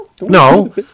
No